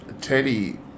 Teddy